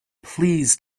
please